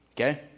okay